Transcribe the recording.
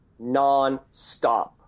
nonstop